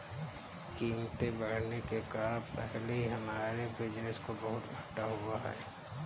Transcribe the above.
कीमतें बढ़ने के कारण पहले ही हमारे बिज़नेस को बहुत घाटा हुआ है